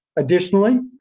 additionally,